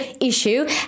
issue